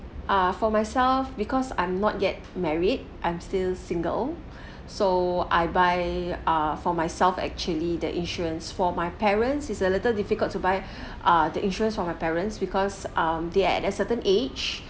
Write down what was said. ah for myself because I'm not yet married I'm still single so I buy ah for myself actually the insurance for my parents is a little difficult to buy ah the insurance for my parents because um they are at a certain age